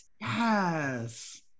Yes